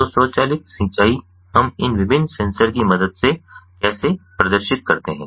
तो स्वचालित सिंचाई हम इन विभिन्न सेंसर की मदद से कैसे प्रदर्शित करते हैं